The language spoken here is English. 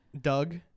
Doug